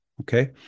Okay